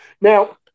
Now